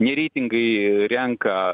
ne reitingai renka